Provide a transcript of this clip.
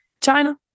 China